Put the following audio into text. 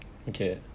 okay